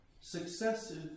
successive